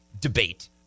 debate